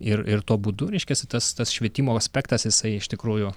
ir ir tuo būdu reiškiasi tas tas švietimo aspektas jisai iš tikrųjų